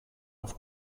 auf